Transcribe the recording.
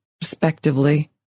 respectively